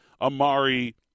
Amari